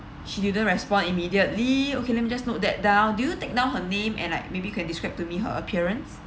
she didn't respond immediately okay let me just note that down do you take down her name and like maybe can describe to me her appearance